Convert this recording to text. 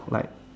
like